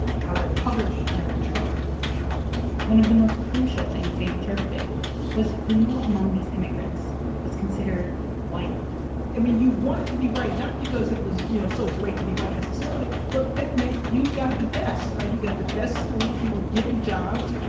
how they're published and interpreted one of the most crucial things they interpreted was who among these immigrants was considered white i mean, you wanted to be white not because it was, you know, so great to be white necessarily, but that meant you got the best. right? you got the best schools. you were given jobs.